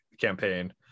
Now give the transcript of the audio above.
campaign